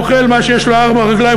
אוכל מה שיש לו ארבע רגליים,